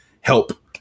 help